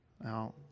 Now